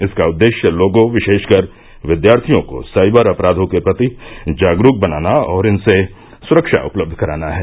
इसका उद्देश्य लोगों विशेषकर विद्यार्थियों को साइबर अपराधों के प्रति जागरूक बनाना और इनसे सुरक्षा उपलब्ध कराना है